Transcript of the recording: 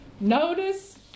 Notice